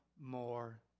more